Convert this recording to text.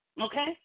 Okay